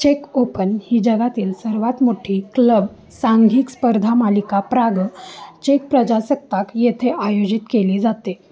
check open ही जगातील सर्वात मोठी क्लब सांघिक स्पर्धामालिका प्राग चेक प्रजासत्ताक येथे आयोजित केली जाते